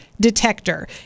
detector